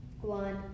one